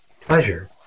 pleasure